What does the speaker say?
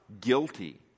guilty